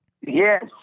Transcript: Yes